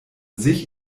sich